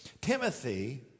Timothy